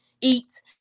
eat